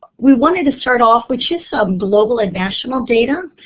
we wanted to start off with just some global and national data.